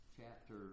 chapter